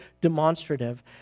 demonstrative